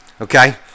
Okay